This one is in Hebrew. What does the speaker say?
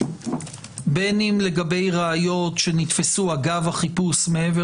בין אם לגבי ראיות שנתפסו אגב החיפוש מעבר